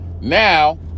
now